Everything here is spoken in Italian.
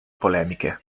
polemiche